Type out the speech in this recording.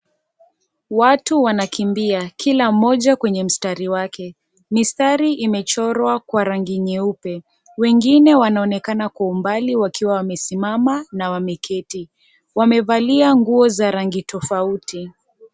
Watu wanakimbia, kila mmoja kwenye mstari wake. Mistari imechorwa kwa rangi nyeupe. Wengine wanaonekana kwa umbali wakiwa wamesimama na wameketi. Wamevalia nguo za rangi tofauti.